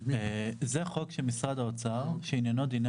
מדובר בחוק של משרד האוצר שעניינו דיני